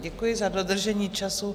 Děkuji za dodržení času.